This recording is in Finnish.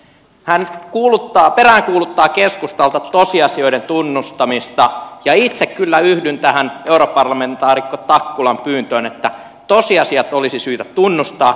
hän peräänkuuluttaa keskustalta tosiasioiden tunnustamista ja itse kyllä yhdyn tähän europarlamentaarikko takkulan pyyntöön että tosiasiat olisi syytä tunnustaa